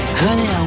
honey